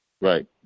Right